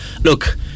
look